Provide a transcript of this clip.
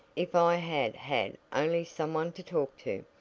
if i had had only some one to talk to,